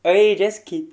eh just kid~